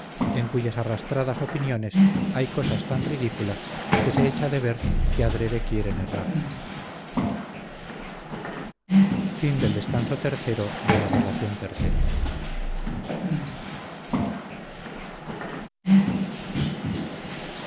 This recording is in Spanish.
en cuyas arrastradas opiniones hay cosas tan ridículas que se echa de ver que adrede quieren errar